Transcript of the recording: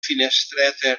finestreta